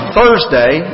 Thursday